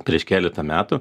prieš keletą metų